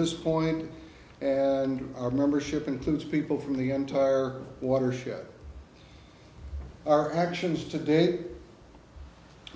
this point and our membership includes people from the entire watershed our actions to date